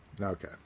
Okay